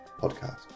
podcast